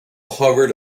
hovered